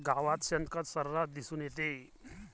गावात शेणखत सर्रास दिसून येते